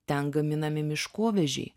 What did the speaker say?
ten gaminami miškovežiai